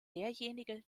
derjenige